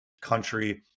country